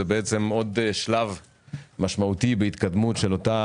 זה עוד שלב משמעותי בהתקדמות של אותה